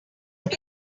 put